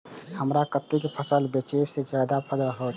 हमरा कते फसल बेचब जे फायदा होयत?